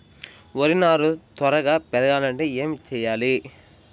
వరి నారు త్వరగా పెరగాలంటే ఏమి చెయ్యాలి?